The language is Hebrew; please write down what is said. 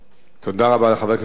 תודה רבה לחבר הכנסת נסים זאב.